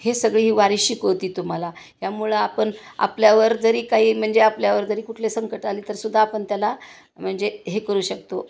हे सगळी ही वारी शिकवते तुम्हाला यामुळं आपण आपल्यावर जरी काही म्हणजे आपल्यावर जरी कुठले संकट आली तर सुद्धा आपण त्याला म्हणजे हे करू शकतो